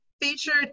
featured